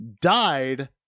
died